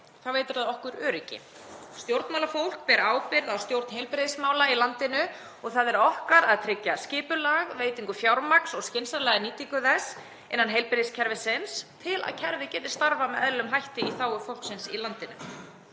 þá veitir það okkur öryggi. Stjórnmálafólk ber ábyrgð á stjórn heilbrigðismála í landinu og það er okkar að tryggja skipulag, veitingu fjármagns og skynsamlega nýtingu þess innan heilbrigðiskerfisins til að kerfið geti starfað með eðlilegum hætti í þágu fólksins í landinu.